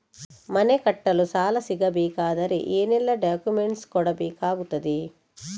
ಮನೆ ಕಟ್ಟಲು ಸಾಲ ಸಿಗಬೇಕಾದರೆ ಏನೆಲ್ಲಾ ಡಾಕ್ಯುಮೆಂಟ್ಸ್ ಕೊಡಬೇಕಾಗುತ್ತದೆ?